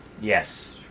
Yes